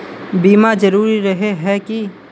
बीमा जरूरी रहे है की?